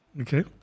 Okay